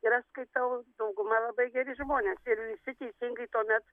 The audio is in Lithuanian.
ir aš skaitau dauguma labai geri žmonės ir visi teisingai tuomet